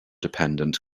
dependent